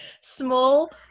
small